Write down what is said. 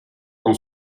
con